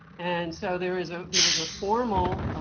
and so, there was ah there was a formal